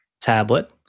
tablet